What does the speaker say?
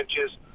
inches